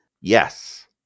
Yes